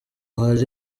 hari